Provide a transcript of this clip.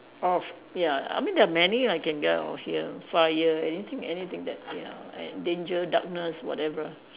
of ya I mean there are many I can get out of here fire anything anything that ya and danger darkness whatever